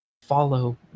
follow